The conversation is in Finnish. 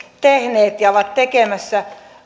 tehneet ja ovat tekemässä